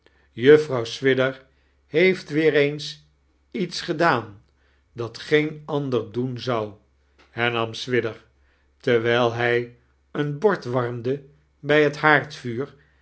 juffrouw swidger heeft weer eens iets gedaan dat geen ander doen zou hernam swidger terwijl hij een bard warmde bij het